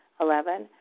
Eleven